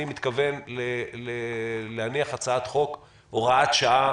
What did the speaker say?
אני מתכוון להניח הצעת חוק הוראת שעה